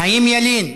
חיים ילין,